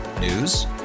News